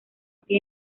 que